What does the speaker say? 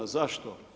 Zašto?